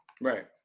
Right